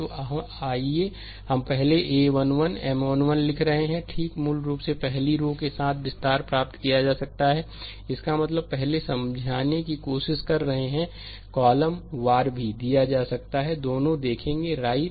slide समय देखें 0840 तो आइए हम पहले a11 M1 1 लिख रहे हैं ठीक मूल रूप से पहली रो के साथ विस्तार प्राप्त किया जा सकता है इसका मतलब है पहले समझाने की कोशिश कर रहे हैं कॉलम वार भी दिया जा सकता है दोनों देखेंगे राइट